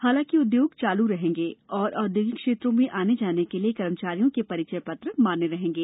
हालांकि उद्योग चालू रहेंगे तथा औद्योगिक क्षेत्रों में आने जाने के लिए कर्मचारियों के परिचय पत्र मान्य रहेंगे